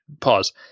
pause